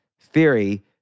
theory